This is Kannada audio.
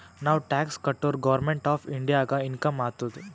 ನಾವ್ ಟ್ಯಾಕ್ಸ್ ಕಟುರ್ ಗೌರ್ಮೆಂಟ್ ಆಫ್ ಇಂಡಿಯಾಗ ಇನ್ಕಮ್ ಆತ್ತುದ್